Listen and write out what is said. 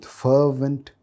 fervent